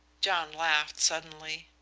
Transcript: john laughed suddenly.